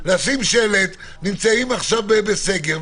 לשים שלט: נמצאים עכשיו בסגר,